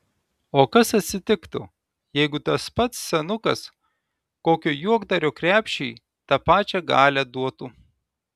o kas atsitiktų jeigu tas pats senukas kokio juokdario krepšiui tą pačią galią duotų